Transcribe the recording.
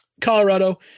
Colorado